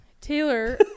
Taylor